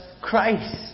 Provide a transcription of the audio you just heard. Christ